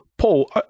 Paul